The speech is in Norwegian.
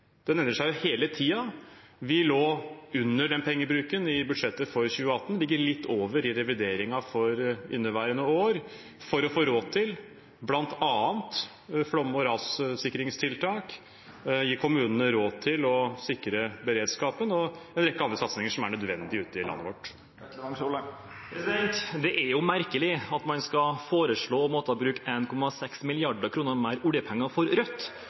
endrer seg jo hele tiden. Vi lå under den pengebruken i budsjettet for 2018, vi ligger litt over i revideringen for inneværende år, for å få råd til bl.a. flom- og rassikringstiltak og gi kommunene råd til å sikre beredskapen og en rekke andre satsinger som er nødvendige ute i landet vårt. Det er merkelig at Rødt må foreslå å bruke 1,6 mrd. kr mer oljepenger – Rødt,